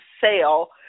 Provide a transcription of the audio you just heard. sale